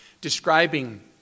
describing